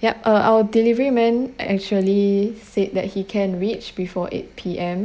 yup uh our delivery man actually said that he can reach before eight P_M